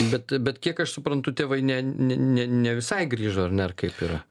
bet bet kiek aš suprantu tėvai ne ne ne ne visai grįžo ar ne ar kaip yra